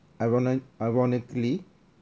iron~ ironically